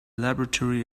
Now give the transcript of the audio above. laboratory